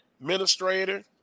administrator